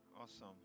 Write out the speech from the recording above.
Awesome